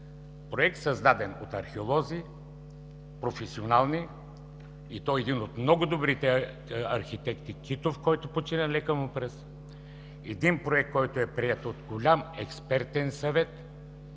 проект, създаден от археолози – професионални, и то от един от много добрите архитекти – Китов, който почина, лека му пръст. Един проект, който е приет от голям експертен съвет